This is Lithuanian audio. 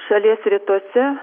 šalies rytuose